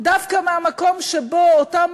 דווקא מהמקום שבו אותה